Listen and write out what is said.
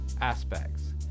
aspects